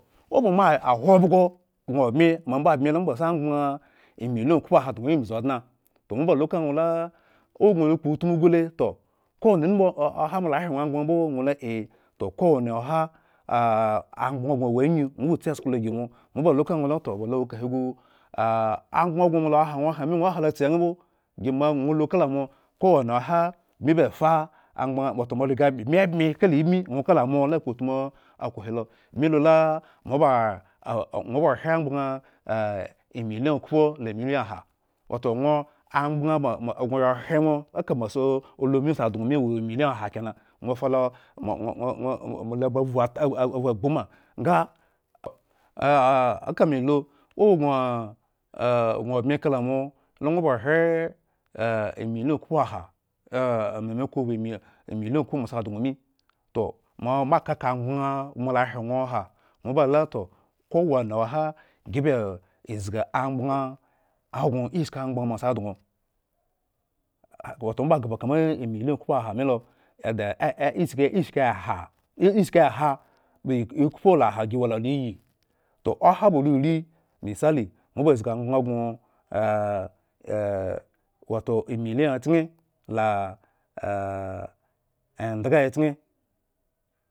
Oba mo a ahwobhgo gŋo bmi mo ambo abmi la moba si ambgbaŋ ah emiliyon. okhpoaha dŋo yi mbzi odŋa, toh moba luku ŋwola agŋo ya kpotmu gule, toh kowoni unumu oha moala hre ŋwo mbo? Ŋwo la a toh. Kowoni oha amgbaŋ gŋo. wa anyu? Ŋwo ba tsi esko lo ygimo, moba lukaŋwo latoh ba lo eskahe gu, amgbaŋmoala hre ŋwo. oha mi ŋwo ha lo tse nga mbo, dzumbo ŋwo lukamo, kowa mi oha bmi ba fa amgbaŋ, wato mo riga bmi ebmi kala ibmi, ŋwo kala mo ala kpotmu akoh helo, bmi lula moaba ahre amgbaŋ emiliyonokhpo la emiliyon aha, wato ŋwo falo ŋwo-ŋwo-ŋwo. loba. vv vhu ba atagbu manga kame lʊ ogŋo, ah obmi kala mola ŋwo ba ohre emiliyonokhpo moasi adŋomi. Toh mo baka keka aamgbaŋ mola ahre ŋwo oha mobalu a toh kowoni oha gi ba ah zgi amgbaŋ agŋo ishki amgbaŋ moasi adŋowato moaba ghba kama emiliyon okh poaha milo adea e-e ishki ishkeha ishki eha ba okhpo la aha a ba gi wo lalo iyi toh oha ba ruri misali moba zgi amgbaŋ gŋo wato emiliyon achkenla endhga achken